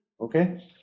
Okay